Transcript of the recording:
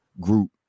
group